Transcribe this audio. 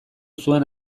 zuen